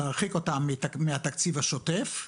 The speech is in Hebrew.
להרחיק אותם מהתקציב השוטף.